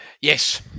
yes